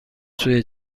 سوی